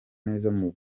neza